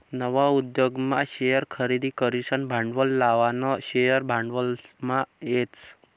नवा उद्योगमा शेअर खरेदी करीसन भांडवल लावानं शेअर भांडवलमा येस